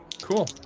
Cool